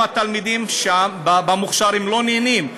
התלמידים במוכש"ר לא נהנים.